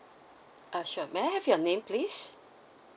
ah sure may I have your name please